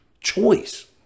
choice